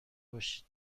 باشید